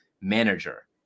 manager